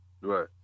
Right